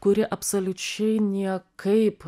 kuri absoliučiai niekaip